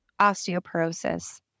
osteoporosis